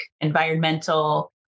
environmental